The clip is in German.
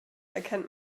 erkennt